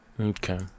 Okay